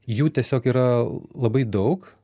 jų tiesiog yra labai daug